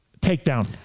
takedown